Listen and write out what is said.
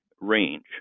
range